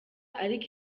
ariko